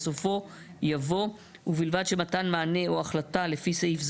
בסופו יבוא "ובלבד שמתן מענה או החלטה לפי סעיף זה,